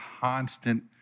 constant